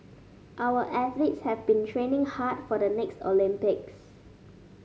our athletes have been training hard for the next Olympics